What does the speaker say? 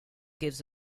gives